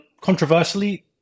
controversially